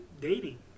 dating